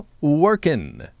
working